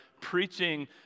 preaching